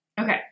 Okay